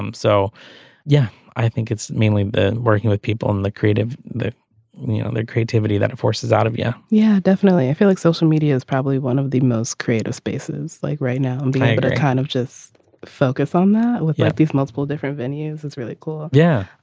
um so yeah i think it's mainly been working with people in the creative the you know their creativity that it forces out of you yeah yeah definitely. i feel like social media is probably one of the most creative spaces like right now. i'm being kind of just focus on that with these multiple different venues. it's really cool. yeah.